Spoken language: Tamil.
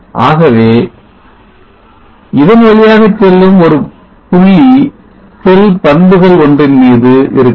ஆகவே இதன் வழியாகச் செல்லும் ஒரு புள்ளி செல் பண்புகள் ஒன்றின் மீது இருக்கிறது